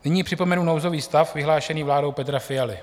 Nyní připomenu nouzový stav vyhlášený vládou Petra Fialy.